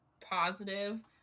positive